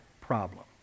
problem